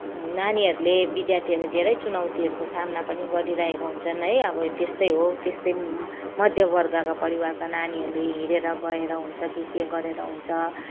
नानीहरूले विद्यार्थीहरूले धेरै चुनौतीहरूको सामना पनि गरिरहेको हुन्छन् है अब त्यस्तै हो त्यस्तै मध्यवर्गका परिवारका नानीहरूले हिँडे्र गएर हुन्छ कि के गरेर हुन्छ